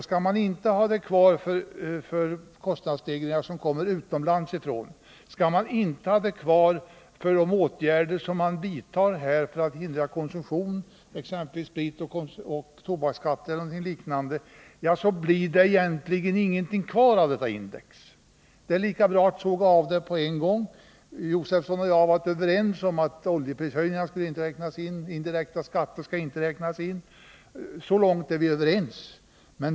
Skall det inte finnas kvar för kostnadsstegringar som kommer från utlandet, skall det inte finnas kvar med anledning av de åtgärder som vidtas för att hindra konsumtion, exempelvis spritoch tobaksskatter, blir det egentligen ingenting kvar av detta index. Det är lika bra att såga av det på en gång. Stig Josefson och jag har varit överens om att oljeprishöjningarna inte skall räknas in och att indirekta skatter inte skall räknas in.